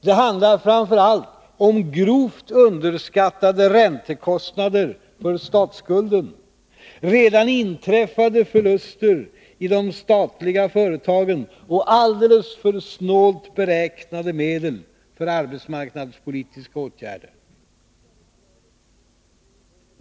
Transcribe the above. Det handlar framför allt om grovt underskattade räntekostnader för statsskulden, redan inträffade förluster i de statliga företagen och alldeles för snålt beräknade medel för arbetsmarknadspolitiska åtgärder.